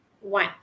one